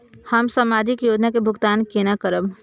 हम सामाजिक योजना के भुगतान केना करब?